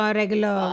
regular